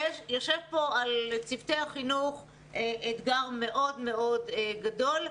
יושב פה על צוותי החינוך אתגר מאוד מאוד גדול,